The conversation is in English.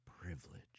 privilege